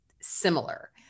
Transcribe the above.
similar